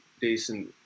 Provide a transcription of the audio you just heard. decent